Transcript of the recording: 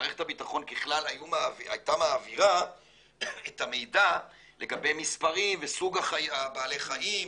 מערכת הביטחון ככלל הייתה מעבירה את המידע לגבי מספרים וסוג בעלי החיים,